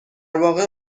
واقع